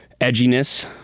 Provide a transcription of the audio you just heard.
edginess